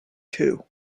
two